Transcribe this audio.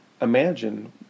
imagine